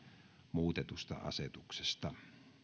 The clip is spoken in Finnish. muutetusta asetuksesta